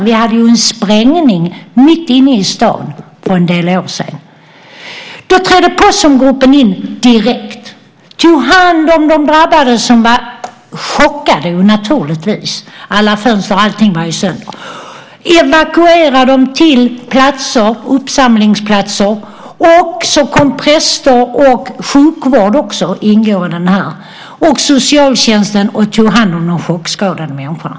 Vi hade en sprängning mitt inne i stan för en del år sedan, och då trädde Posomgruppen in direkt och tog hand om de drabbade. Dessa var chockade, naturligtvis - alla fönster och allting var ju sönder. Man evakuerade dem till uppsamlingsplatser, och så kom präster, sjukvårdare - sjukvården ingår också i detta - och socialtjänst och tog hand om de chockskadade människorna.